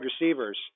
receivers